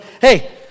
hey